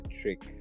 trick